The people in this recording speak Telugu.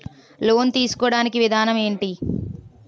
లోన్ తీసుకోడానికి విధానం ఏంటి?